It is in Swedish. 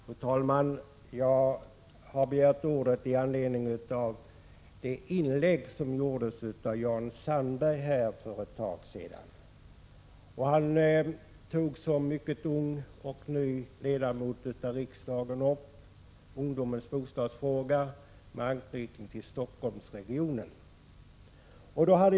Fru talman! Jag begärde ordet med anledning av det inlägg Jan Sandberg gjorde för en stund sedan. Han tog som mycket ung och ny ledamot av riksdagen upp ungdomens bostadsfråga med anknytning till Stockholmsregionen.